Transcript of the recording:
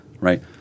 right